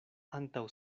antaŭ